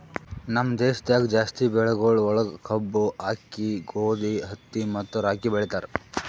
ನಮ್ ದೇಶದಾಗ್ ಜಾಸ್ತಿ ಬೆಳಿಗೊಳ್ ಒಳಗ್ ಕಬ್ಬು, ಆಕ್ಕಿ, ಗೋದಿ, ಹತ್ತಿ ಮತ್ತ ರಾಗಿ ಬೆಳಿತಾರ್